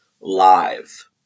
live